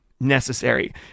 necessary